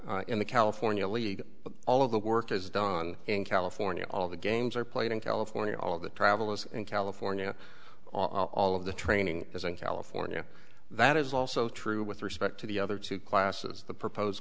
is in the california league all of the work is done in california all the games are played in california all the travel is in california all of the training is in california that is also true with respect to the other two classes the proposed